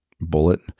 bullet